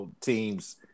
team's